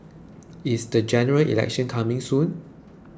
is the General Election coming soon